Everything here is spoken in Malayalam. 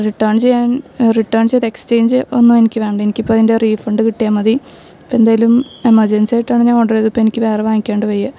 റിട്ടേൺ ചെയ്യാം റിട്ടേൺ ചെയ്ത് എക്സ്ചേഞ്ച് ഒന്നും എനിക്ക് വേണ്ട എനിക്കിപ്പം അതിൻ്റെ റീഫണ്ട് കിട്ടിയാൽ മതി ഇപ്പം എന്തായാലും എമർജൻസിയായിട്ടാണ് ഞാൻ ഓർഡറ് ചെയ്തത് ഇപ്പം എനിക്ക് വേറെ വാങ്ങിക്കാണ്ട് വയ്യ